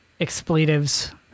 expletives